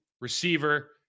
receiver